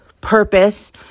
purpose